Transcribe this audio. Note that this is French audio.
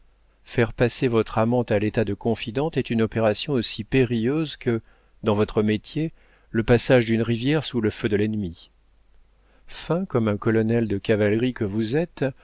faire passer votre amante à l'état de confidente est une opération aussi périlleuse que dans votre métier le passage d'une rivière sous le feu de l'ennemi fin comme un colonel de cavalerie que vous êtes